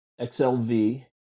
XLV